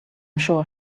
sure